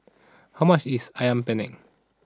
how much is Ayam Penyet